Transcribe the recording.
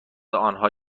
آنها